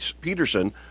Peterson